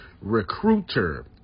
Recruiter